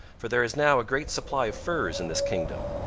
for there is now a great supply of furs in this kingdom,